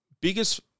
biggest